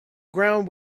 ground